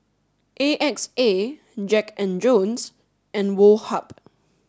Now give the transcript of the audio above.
A X A Jack and Jones and Woh Hup